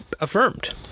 affirmed